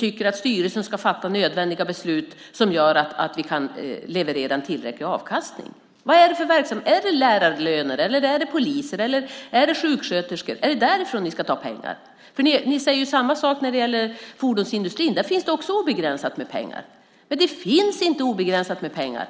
tycker att styrelsen ska fatta nödvändiga beslut som gör att det går att leverera en tillräcklig avkastning. Vilken verksamhet är det fråga om? Är det lärarlöner, poliser, sjuksköterskor? Är det därifrån ni ska ta pengar? Ni säger samma sak när det gäller fordonsindustrin. Där finns det också obegränsat med pengar. Men det finns inte obegränsat med pengar.